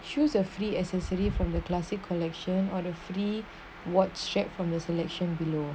shoes have free accessory from the classic collection on the free watch strap from the selection below